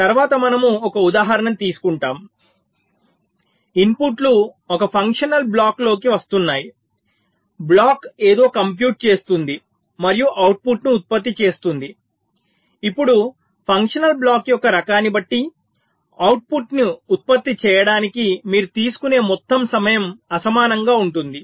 తరువాత మనము ఒక ఉదాహరణను తీసుకుంటాము ఇన్పుట్లు ఒక ఫంక్షనల్ బ్లాక్లోకి వస్తున్నాయి బ్లాక్ ఏదో కంప్యూట్ చేస్తుంది మరియు అవుట్పుట్ను ఉత్పత్తి చేస్తుంది ఇప్పుడు ఫంక్షనల్ బ్లాక్ యొక్క రకాన్ని బట్టి అవుట్పుట్ను ఉత్పత్తి చేయడానికి మీరు తీసుకునే మొత్తం సమయం అసమానంగా ఉంటుంది